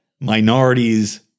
minorities